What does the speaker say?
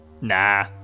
Nah